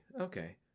okay